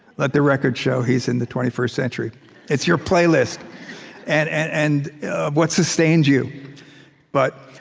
let the record show, he's in the twenty first century it's your playlist and what sustains you but